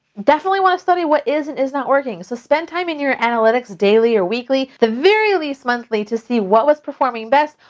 definitely wanna study what is and is not working. so spend time in your analytics daily or weekly, the very least, monthly, to see what was performing best,